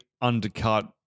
undercut